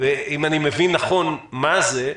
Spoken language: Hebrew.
אם אני מבין נכון מה זה,